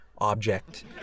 object